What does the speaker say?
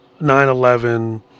9-11